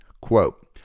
quote